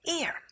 ear